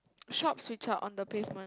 shops which are on the pavement